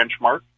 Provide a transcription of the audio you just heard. benchmark